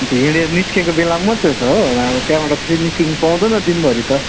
अन्त हिँडेर निस्केको बेला मात्रै हो त हो अब त्यहाँबाट त फेरि निस्किनु पाउँदैन दिनभरि त